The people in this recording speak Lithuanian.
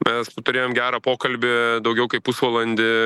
mes turėjome gerą pokalbį daugiau kaip pusvalandį